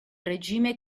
regime